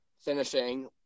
Finishing